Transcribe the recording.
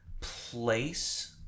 place